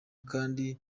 kandi